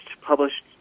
published